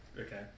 Okay